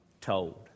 told